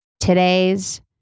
Today's